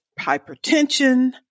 hypertension